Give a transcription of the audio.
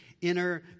inner